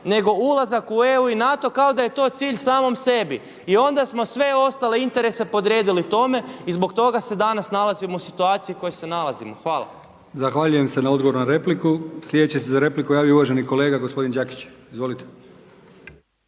nego ulazak u EU i NATO kao da je to cilj samom sebi. I onda smo sve ostale interese podredili tome i zbog toga se danas nalazimo u situaciji kojoj se nalazimo. Hvala. **Brkić, Milijan (HDZ)** Zahvaljujem se na odgovoru na repliku. Sljedeći se za repliku javio uvaženi kolega gospodin Đakić. Izvolite.